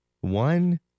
one